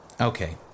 Okay